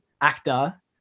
actor